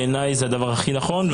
בעיניי זה הדבר הכי נכון.